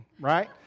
right